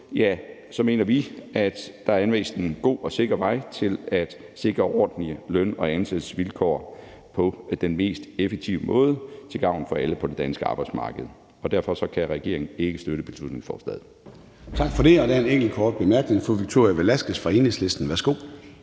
den måde mener vi, at der er anvist en god og sikker vej til at sikre ordentlige løn- og ansættelsesvilkår på den mest effektive måde til gavn for alle på det danske arbejdsmarked, og derfor kan regeringen ikke støtte beslutningsforslaget.